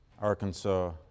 Arkansas